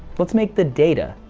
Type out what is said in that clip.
let's make the data.